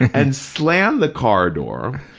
and slammed the car door,